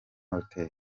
hotel